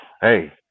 hey